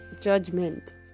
judgment